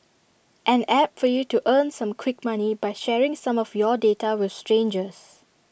an app for you to earn some quick money by sharing some of your data with strangers